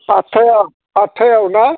सातथायाव आठथायाव ना